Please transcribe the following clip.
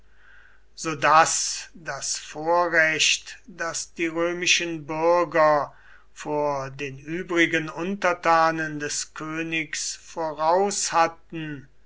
so daß das vorrecht das die römischen bürger vor den übrigen untertanen des königs voraus